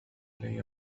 إلي